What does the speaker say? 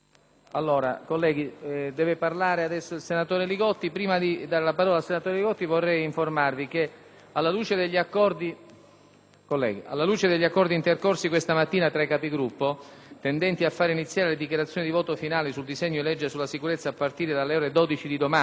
alla luce degli accordi intercorsi questa mattina tra i Capigruppo, tendenti a fare iniziare le dichiarazioni di voto finali sul disegno di legge in esame a partire dalle ore 12 di domani, con trasmissione diretta televisiva, si rende necessario procedere all'armonizzazione dei tempi per il seguito delle votazioni previste sugli emendamenti e sugli articoli.